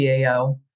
GAO